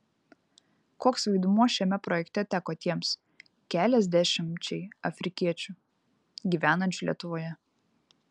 koks vaidmuo šiame projekte teko tiems keliasdešimčiai afrikiečių gyvenančių lietuvoje